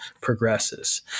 progresses